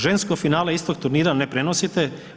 Žensko finale istog turnira ne prenosite.